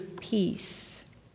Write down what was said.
peace